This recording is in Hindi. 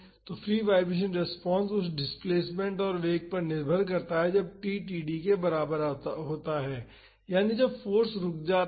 तो फ्री वाईब्रेशन रेस्पॉन्स उस डिस्प्लेसमेंट और वेग पर निर्भर करता है जब t बराबर td बराबर होता है यानि जब फाॅर्स रुक जाता है